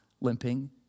limping